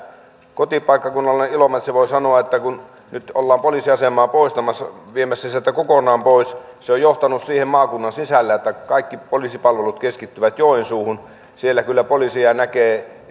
kotipaikkakunnallani ilomantsissa voi sanoa että kun nyt ollaan poliisiasemaa viemässä sieltä kokonaan pois se on johtanut siihen maakunnan sisällä että kaikki poliisipalvelut keskittyvät joensuuhun siellä kyllä poliisia näkee